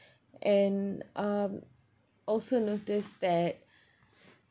and um also noticed that